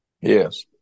Yes